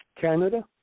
canada